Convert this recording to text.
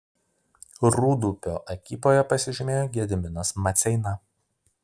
rūdupio ekipoje pasižymėjo gediminas maceina